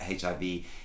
HIV